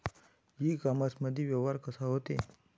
इ कामर्समंदी व्यवहार कसा होते?